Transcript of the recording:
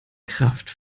kraft